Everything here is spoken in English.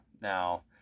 Now